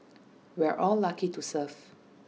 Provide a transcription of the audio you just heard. we're all lucky to serve